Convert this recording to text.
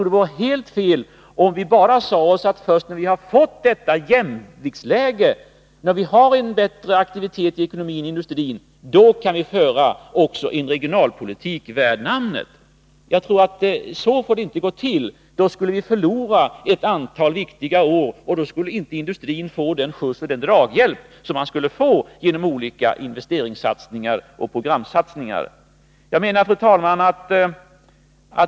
Det vore helt fel om vi bara sade, att när vi har fått ett jämviktsläge och har en bättre aktivitet i ekonomin och industrin, först då kan vi föra en regionalpolitik värd namnet. Så får det inte gå till. Då skulle vi förlora ett antal viktiga år, och då skulle inte industrin få den draghjälp som den skulle få genom olika investeringar och programsatsningar. Fru talman!